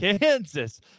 Kansas